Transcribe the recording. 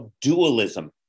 dualism